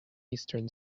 eastern